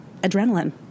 adrenaline